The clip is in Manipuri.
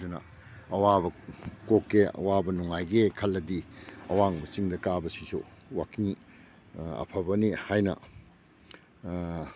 ꯑꯗꯨꯅ ꯑꯋꯥꯕ ꯀꯣꯛꯀꯦ ꯑꯋꯥꯕ ꯅꯨꯡꯉꯥꯏꯒꯦ ꯈꯜꯂꯗꯤ ꯑꯋꯥꯡꯕ ꯆꯤꯡꯗ ꯀꯥꯕꯁꯤꯁꯨ ꯋꯥꯛꯀꯤꯡ ꯑꯐꯕꯅꯤ ꯍꯥꯏꯅ